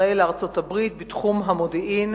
ישראל לארצות-הברית בתחום המודיעין